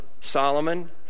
Solomon